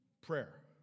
prayer